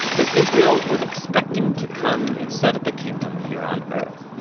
that israel was expecting to come and set up a kingdom here on earth.